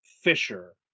Fisher